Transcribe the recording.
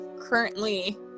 currently